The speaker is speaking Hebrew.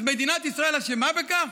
אז מדינת ישראל אשמה בכך?